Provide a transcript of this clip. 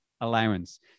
allowance